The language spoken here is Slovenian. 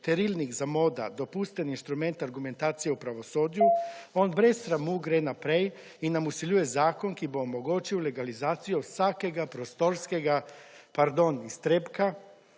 nerazumljivo/ dopusten inštrument argumentacije v pravosodju, on brez sramu gre naprej in nam vsiljuje zakon, ki bo omogočil legalizacijo vsakega prostorskega, pardon, iztrebka,